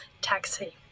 Taxi